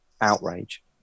outrage